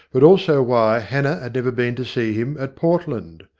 but also why hannah had never been to see him at portland.